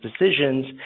decisions